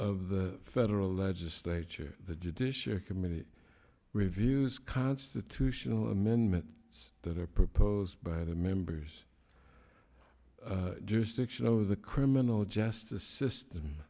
of the federal legislature the judiciary committee reviews constitutional amendment that are proposed by the members do section of the criminal justice system